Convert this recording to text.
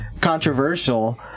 controversial